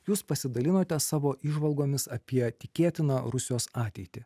jūs pasidalinote savo įžvalgomis apie tikėtiną rusijos ateitį